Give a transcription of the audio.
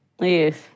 Yes